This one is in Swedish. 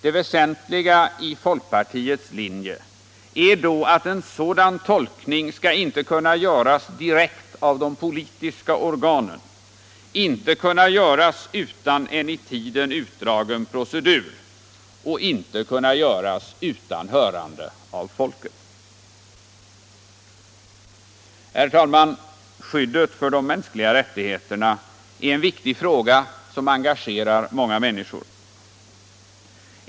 Det väsentliga i folkpartiets linje är då att en sådan tolkning inte kan göras av de politiska organen, inte kan göras utan en i tiden utdragen procedur och inte kan göras utan hörande av folket. Herr talman! Skyddet för de mänskliga rättigheterna är en viktig fråga som engagerar många människor.